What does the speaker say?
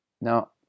Now